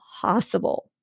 possible